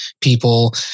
people